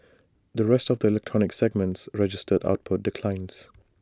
the rest of the electronics segments registered output declines